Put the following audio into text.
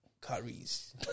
curries